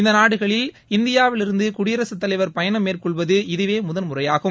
இந்த நாடுகளில் இந்தியாவிலிருந்து குடியரசுத் தலைவர் பயணம் மேற்கொள்வது இதுவே முதன்முறையாகும்